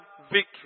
victory